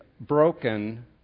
broken